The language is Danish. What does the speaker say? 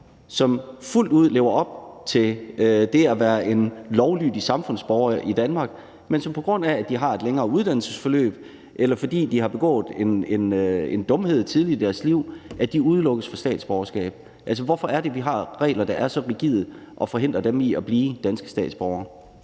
som fuldt ud lever op til det at være en lovlydig samfundsborger i Danmark, men som på grund af at de har et længere uddannelsesforløb, eller fordi de har begået en dumhed tidligt i deres liv, udelukkes fra statsborgerskab. Hvorfor har vi regler, der er så rigide, og som forhindrer dem i at blive danske statsborgere?